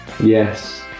yes